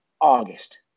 August